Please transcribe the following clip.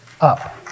up